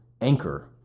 anchor